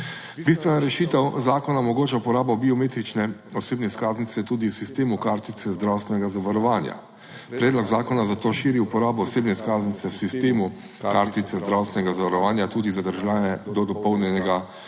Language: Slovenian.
Bistvena rešitev zakona omogoča uporabo biometrične osebne izkaznice tudi v sistemu kartice zdravstvenega zavarovanja. Predlog zakona zato širi uporabo osebne izkaznice v sistemu kartice zdravstvenega zavarovanja tudi za državljane do dopolnjenega 12.